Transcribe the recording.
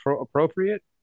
appropriate